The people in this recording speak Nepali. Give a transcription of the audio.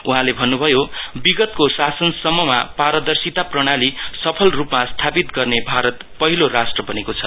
उहाँले भन्नुभयो विगतको शासनसम्ममा पारदर्शिता प्रणाली सफल रुपमा स्थापीत गर्ने भारत पहिलो राष्ट्र बनेको छ